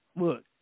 look